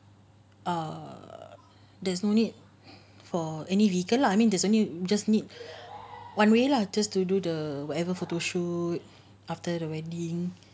err there's no need for any vehicle lah I mean there's only just need one way lah just to do the whatever photo shoot after the wedding